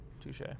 Touche